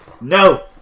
No